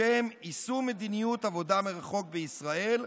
בשם "יישום מדיניות עבודה מרחוק בישראל"